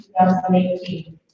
2018